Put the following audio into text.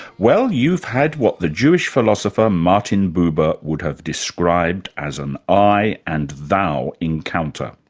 well, you've had what the jewish philosopher martin buber would have described as an i and thou encounter.